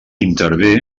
intervé